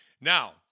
Now